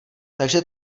takže